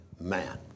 man